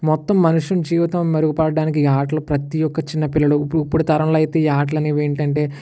మొత్తం మనిషి జీవితం మెరుగుపడడానికి ఈ ఆటలు ప్రతి ఒక్క చిన్న పిల్లలు ఇప్పుడు తరంలో అయితే ఈ ఆటలు అనేవి ఏంటి అంటే